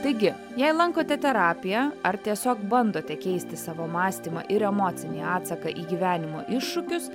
taigi jei lankote terapiją ar tiesiog bandote keisti savo mąstymą ir emocinį atsaką į gyvenimo iššūkius